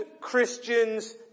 Christians